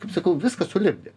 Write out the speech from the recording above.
kaip sakau viską sulipdė